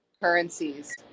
currencies